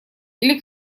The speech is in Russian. или